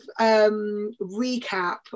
recap